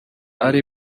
ari